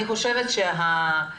אני חושבת שמה